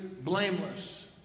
blameless